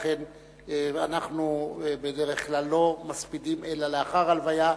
ואנחנו בדרך כלל לא מספידים אלא לאחר ההלוויה.